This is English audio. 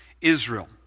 Israel